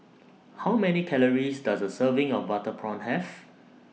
How Many Calories Does A Serving of Butter Prawn Have